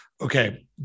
okay